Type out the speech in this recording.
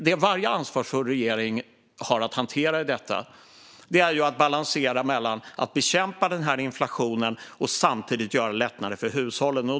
Det varje ansvarsfull regering har att hantera i detta är balansen mellan att bekämpa inflationen och samtidigt göra lättnader för hushållen.